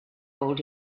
hold